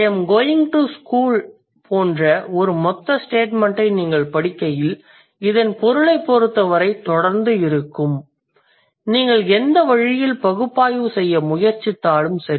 I am going to school போன்ற ஒரு மொத்த ஸ்டேட்மெண்ட்டை நீங்கள் படிக்கையில் இதன் பொருளைப் பொருத்தவரை தொடர்ந்து இருக்கும் நீங்கள் எந்த வழியில் பகுப்பாய்வு செய்ய முயற்சித்தாலும் சரி